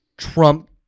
Trump